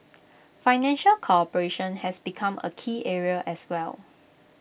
financial cooperation has become A key area as well